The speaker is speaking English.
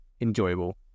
enjoyable